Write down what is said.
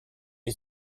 est